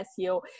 seo